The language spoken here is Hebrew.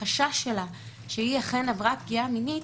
החשש שלה, שהיא אכן עברה פגיעה מינית,